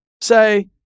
say